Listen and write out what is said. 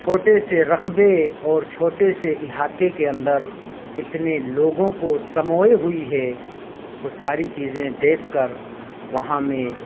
چھوٹے سے رقبے اور چھوٹے سے احاطے کے اندر اتنے لوگوں کو سموئے ہوئی ہے وہ ساری چیزیں دیکھ کر وہاں میں